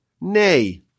nay